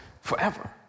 forever